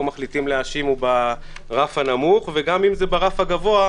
מחליטים להאשים הוא ברף הנמוך; וגם אם זה ברף הגבוה,